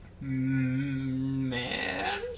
man